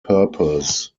purpose